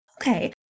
Okay